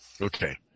Okay